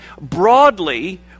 broadly